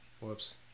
Whoops